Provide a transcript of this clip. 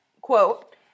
quote